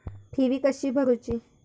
ठेवी कशी भरूची?